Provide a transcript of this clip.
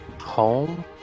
home